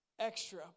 extra